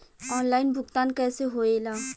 Online भुगतान कैसे होए ला?